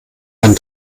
ein